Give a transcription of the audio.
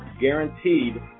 guaranteed